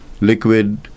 liquid